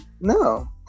no